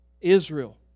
Israel